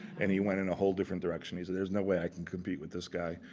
and he went in a whole different direction. he said, there's no way i can compete with this guy.